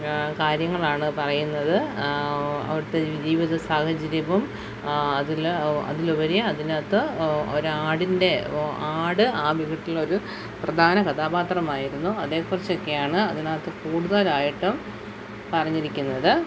കാര്യങ്ങളാണ് പറയുന്നത് അവിടുത്തെ ജീവിതസാഹചര്യവും അതിൽ ഓഹ് അതിലുപരി അതിനകത്ത് ഓഹ് ഒരാടിൻ്റെ ഓഹ് ആട് ആ വീട്ടിലൊരു പ്രധാന കഥാപാത്രമായിരുന്നു അതേക്കുറിച്ചൊക്കെയാണ് അതിനകത്ത് കൂടുതലായിട്ടും പറഞ്ഞിരിക്കുന്നത്